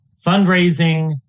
fundraising